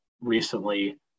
recently